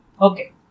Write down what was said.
Okay